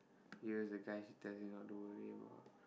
you were the guy he tell you not to worry about